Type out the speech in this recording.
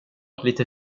lite